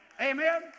Amen